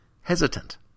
hesitant